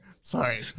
sorry